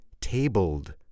tabled